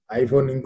iPhone